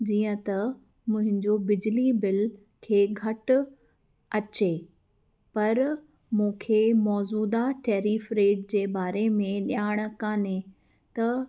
जीअं त मुंहिंजो बिजली बिल खे घटि अचे पर मूंखे मौजूदा टैरिफ रेट जे बारे में ॼाण कोन्हे त